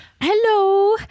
Hello